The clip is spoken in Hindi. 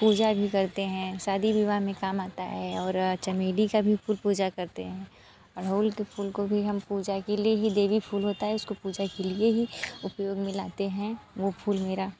पूजा भी करते हैं शादी विवाह मे काम आता है और चमेली का भी फूल पूजा करते हैं अड़हल के फूल को भी हम पूजा के लिए देवी फूल होता है उसको पूजा के लिए ही उपयोग मे लाते हैं वो फूल मेरा